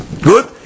Good